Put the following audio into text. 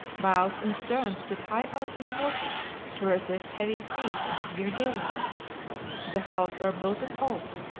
bows and stern stood high out of the water to resist heavy seas and severe gales the hulls were built of oak.